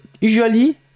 usually